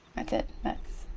that's it. that's.